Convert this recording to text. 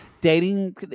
dating